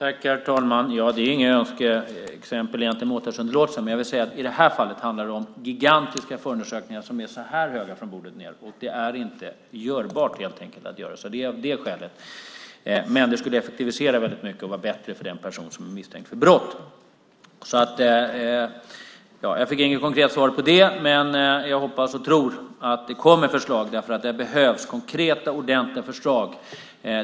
Herr talman! Ja, åtalsunderlåtelse är inget önskeexempel. Men jag vill säga att i det här fallet handlar det om gigantiska förundersökningar i stora högar, och det är helt enkelt inte görbart att ha det så av det skälet. Men det skulle effektivisera väldigt mycket och vara bättre för den person som är misstänkt för brott. Jag fick inget konkret svar på det, men jag hoppas och tror att det kommer förslag, för det behövs konkreta, ordentliga förslag.